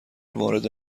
وارد